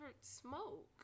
smoke